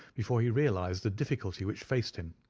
before he realized the difficulty which faced him.